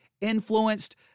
influenced